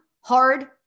hard